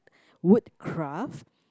wood craft